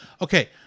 Okay